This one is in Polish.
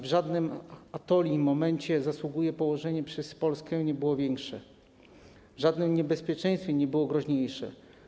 W żadnym atoli momencie zasługi położone przez Polskę nie były większe, w żadnym niebezpieczeństwo nie było groźniejsze.